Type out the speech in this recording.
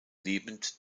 lebend